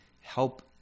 help